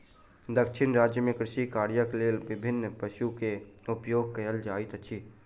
दक्षिण राज्य में कृषि कार्यक लेल विभिन्न पशु के उपयोग कयल जाइत अछि